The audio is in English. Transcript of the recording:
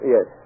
Yes